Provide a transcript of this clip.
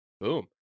boom